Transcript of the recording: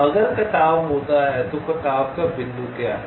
अगर कटाव होता हैं तो कटाव का बिंदु क्या है